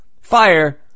fire